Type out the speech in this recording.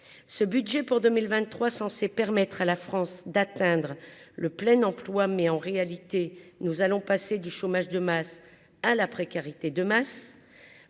ce budget pour 2023, censé permettre à la France d'atteindre le plein emploi, mais en réalité, nous allons passer du chômage de masse à la précarité de masse